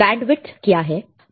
bandwidth क्या है